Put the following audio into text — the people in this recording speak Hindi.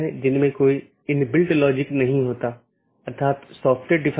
NLRI का उपयोग BGP द्वारा मार्गों के विज्ञापन के लिए किया जाता है